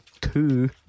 two